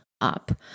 up